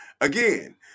Again